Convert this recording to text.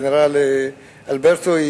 הגנרל אלברטו,